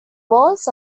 walls